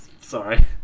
Sorry